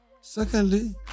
Secondly